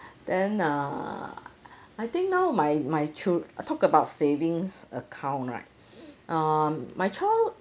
then err I think now my my chil~ talk about savings account right um my child